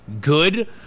good